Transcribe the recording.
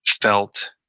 felt